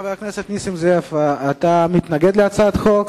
חבר הכנסת נסים זאב, אתה מתנגד להצעת החוק.